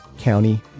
County